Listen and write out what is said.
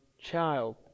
child